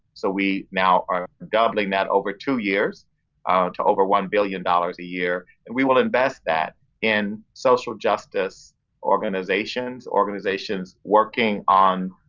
so we now are doubling that over two years to over one billion dollars a year. and we will invest that in social justice organizations. organizations working on